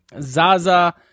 Zaza